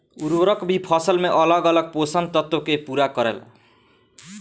उर्वरक भी फसल में अलग अलग पोषण तत्व के पूरा करेला